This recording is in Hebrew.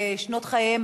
בשנות חייהם,